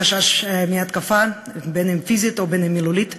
חשש מהתקפה, אם פיזית ואם מילולית.